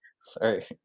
Sorry